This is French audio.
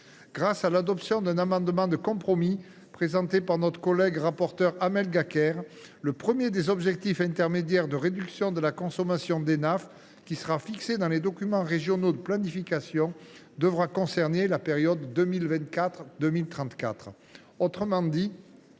Grâce à l’adoption d’un amendement de compromis présenté par notre collègue rapporteure Amel Gacquerre, le premier des objectifs intermédiaires de réduction de la consommation d’Enaf, qui sera fixé dans les documents régionaux de planification, devra porter sur la période 2024 2034.